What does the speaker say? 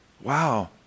Wow